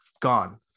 Gone